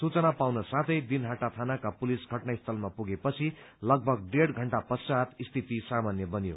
सूचना पाउन साथै दिनहाटा थानाका पुलिस घटनास्थलमा पुगेपछि लगभग डेढ़ घण्टा पश्चात स्थिति सामान्य बन्यो